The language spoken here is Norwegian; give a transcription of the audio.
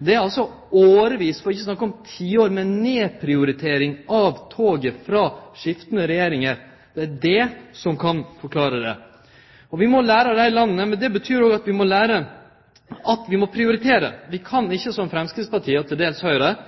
Det er altså årevis, for ikkje å snakke om tiår med nedprioritering av toget frå skiftande regjeringar som kan forklare det. Vi må lære av dei landa, men det betyr òg at vi må lære at vi må prioritere. Vi kan ikkje, som Framstegspartiet og til dels